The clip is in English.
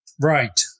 Right